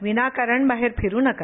विनाकारण बाहेर फिरु नका